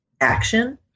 action